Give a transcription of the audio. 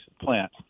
plant